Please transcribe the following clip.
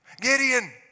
Gideon